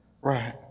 Right